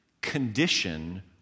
condition